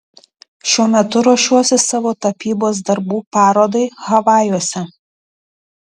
šiuo metu ruošiuosi savo tapybos darbų parodai havajuose